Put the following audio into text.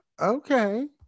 Okay